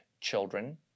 children